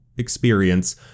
experience